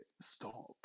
stop